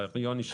מר יוני שפירא.